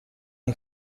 این